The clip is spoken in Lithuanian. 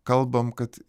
kalbam kad